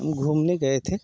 हम घुमने गए थे